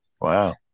Wow